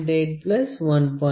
81